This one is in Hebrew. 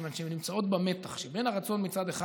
מכיוון שהן נמצאות במתח שבין הרצון מצד אחד